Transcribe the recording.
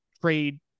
trade